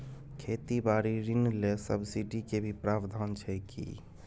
खेती बारी ऋण ले सब्सिडी के भी प्रावधान छै कि?